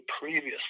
previously